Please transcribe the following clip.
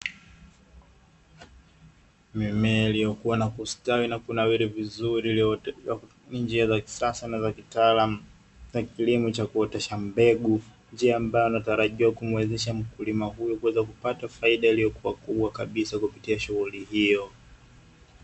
Mime iliyokuwa na kustawi na kunawiri vizuri iliyooteshwa kwa njia za kisasa na za kitaalamu na kilimo cha kuotesha mbegu, njia ambayo inatarajiwa kumwezesha mkulima huyo kuweza kupata faida iliyokuwa kubwa kabisa kupitia shughuli hiyo.